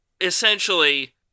essentially